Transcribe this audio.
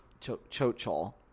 Chocho